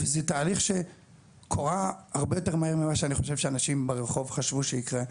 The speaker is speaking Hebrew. וזה תהליך שקרה הרבה יותר מהר ממה שאני חושב שאנשים ברחוב חשבו שיקרה,